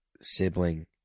sibling